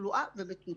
בתחלואה ובתמותה.